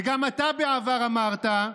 וגם אתה בעבר אמרת: